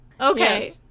Okay